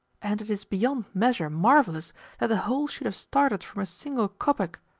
and it is beyond measure marvellous that the whole should have started from a single kopeck.